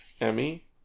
Emmy